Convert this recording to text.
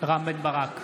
רם בן ברק,